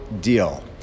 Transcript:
deal